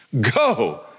Go